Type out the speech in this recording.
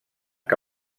que